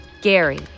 Gary